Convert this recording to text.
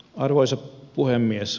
arvoisa puhemies